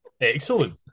Excellent